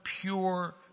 pure